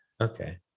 okay